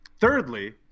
Thirdly